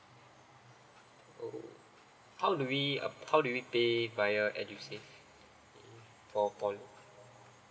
oh how do we how do you pay via edusave for poly